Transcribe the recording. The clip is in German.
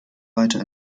weiter